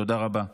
תודה רבה.